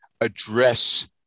address